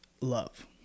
love